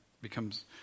becomes